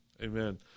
Amen